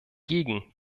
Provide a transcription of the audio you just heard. gegen